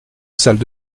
salle